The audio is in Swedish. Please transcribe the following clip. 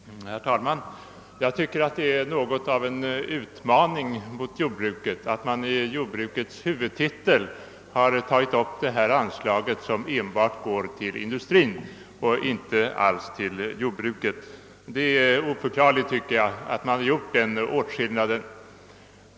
Herr talman! Jag tycker att det är något av en utmaning mot jordbruket att man i jordbrukets huvudtitel fört upp detta anslag som enbart går till industrin och inte alls till jordbruket. Det är oförklarligt att man kunnat göra en sådan åtskillnad.